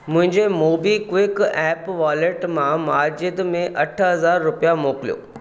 मुंहिंजे MobiKwik app wallet मां माजिद में अठ हज़ार रुपिया मोकिलियो